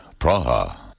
Praha